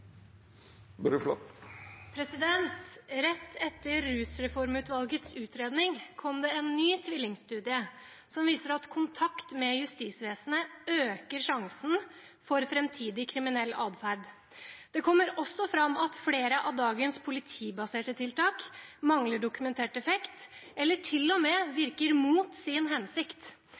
Rett etter rusreformutvalgets utredning kom det en ny tvillingstudie, som viser at kontakt med justisvesenet øker sjansen for framtidig kriminell adferd. Det kommer også fram at flere av dagens politibaserte tiltak mangler dokumentert effekt eller til og med virker mot sin hensikt.